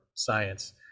science